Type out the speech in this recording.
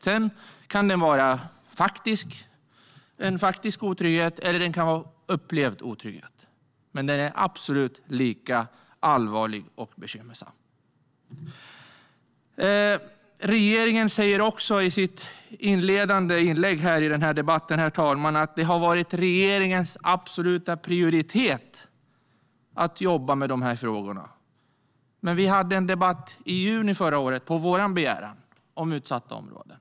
Sedan kan det vara en faktisk otrygghet eller en upplevd otrygghet, men båda sorterna är absolut lika allvarliga och bekymmersamma. Herr talman! Regeringens representant säger i sitt inledande inlägg i den här debatten att det har varit regeringens absoluta prioritet att jobba med de här frågorna. Men vi hade på vår begäran en debatt i juni förra året om utsatta områden.